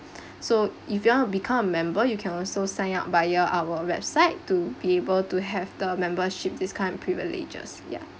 so if you want to become member you can also sign up via our website to be able to have the membership discount privileges ya